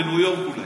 בניו יורק.